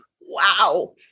Wow